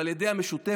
ועל ידי המשותפת.